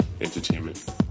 Entertainment